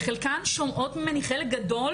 חלקן שומעות ממני, חלק גדול